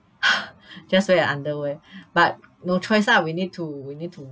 just wear a underwear but no choice ah we need to we need to